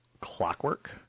clockwork